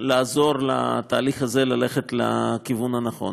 לעזור לתהליך הזה ללכת בכיוון הנכון.